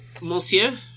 Monsieur